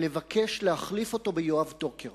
ולבקש להחליף אותו ביואב טוקר.